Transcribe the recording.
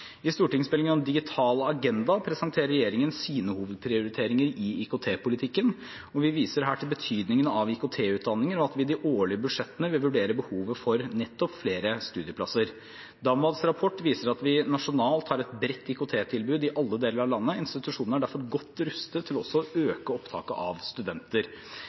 I stortingsmeldingen om digital agenda presenterer regjeringen sine hovedprioriteringer i IKT-politikken, og vi viser her til betydningen av IKT-utdanninger, og at vi i de årlige budsjettene vil vurdere behovet for nettopp flere studieplasser. DAMVADs rapport viser at vi nasjonalt har et bredt IKT-tilbud i alle deler av landet. Institusjonene er derfor godt rustet til også å øke opptaket av studenter.